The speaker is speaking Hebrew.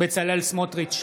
בצלאל סמוטריץ'